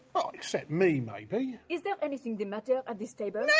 but except me, maybe. is there anything the matter at this table? no,